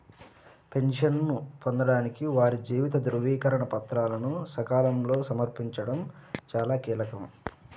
పెన్షన్ను పొందడానికి వారి జీవిత ధృవీకరణ పత్రాలను సకాలంలో సమర్పించడం చాలా కీలకం